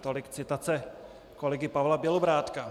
Tolik citace kolegy Pavla Bělobrádka.